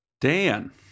Dan